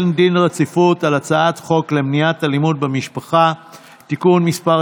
דין רציפות על הצעת חוק למניעת אלימות במשפחה (תיקון מס'